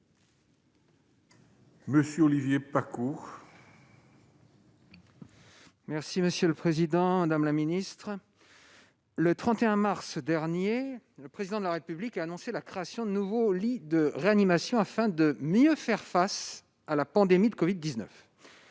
ministre des solidarités et de la santé. Madame la ministre, le 31 mars dernier, le Président de la République a annoncé la création de nouveaux lits de réanimation, afin de mieux faire face à la pandémie de covid-19.